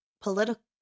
political